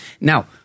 Now